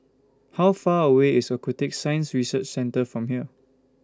How Far away IS Aquatic Science Research Centre from here